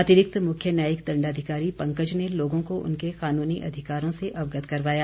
अतिरिक्त मुख्य न्यायिक दण्डाधिकारी पंकज ने लोगों को उनके कानूनी अधिकारों से अवगत करवाया